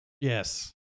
yes